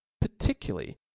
particularly